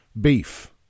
beef